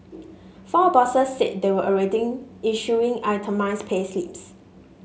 four bosses said they were already issuing itemised payslips